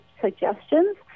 suggestions